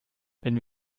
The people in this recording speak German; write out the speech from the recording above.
wenn